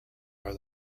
are